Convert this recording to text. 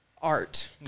Art